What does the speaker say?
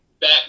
back